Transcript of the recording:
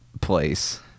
place